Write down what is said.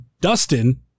Dustin